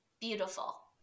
beautiful